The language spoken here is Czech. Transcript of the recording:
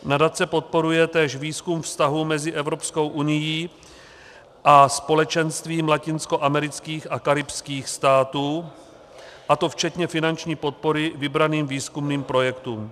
Nadace podporuje též výzkum vztahů mezi Evropskou unií a Společenstvím latinskoamerických a karibských států, a to včetně finanční podpory vybraným výzkumným projektům.